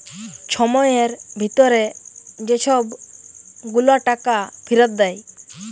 ছময়ের ভিতরে যে ছব গুলা টাকা ফিরত দেয়